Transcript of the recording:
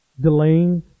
delaying